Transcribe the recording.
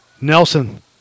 Nelson